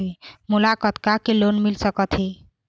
मोला कतका के लोन मिल सकत हे?